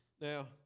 Now